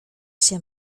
się